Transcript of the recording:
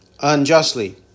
unjustly